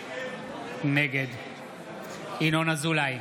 נגד ינון אזולאי,